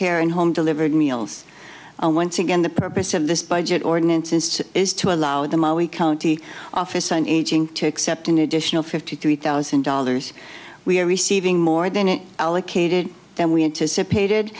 and home delivered meals and once again the purpose of this budget ordinance instead is to allow them all we county office on aging to accept an additional fifty three thousand dollars we are receiving more than it allocated than we anticipated